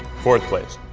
fourth place.